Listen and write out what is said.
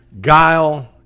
guile